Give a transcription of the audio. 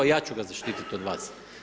Ja ću ga zaštiti od vas.